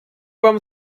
вам